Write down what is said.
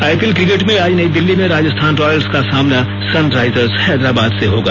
IPL cricket में आज नई दिल्ली में राजस्थान रायल्स का सामना सनराइजर्स हैदराबाद से होगा